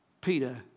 Peter